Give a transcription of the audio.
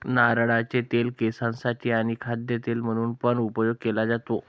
नारळाचे तेल केसांसाठी आणी खाद्य तेल म्हणून पण उपयोग केले जातो